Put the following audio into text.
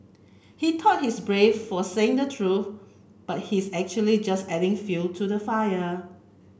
he thought he's brave for saying the truth but he's actually just adding fuel to the fire